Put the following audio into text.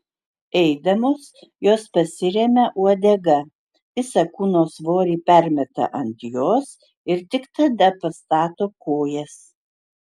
eidamos jos pasiremia uodega visą kūno svorį permeta ant jos ir tik tada pastato kojas